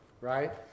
right